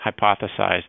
hypothesized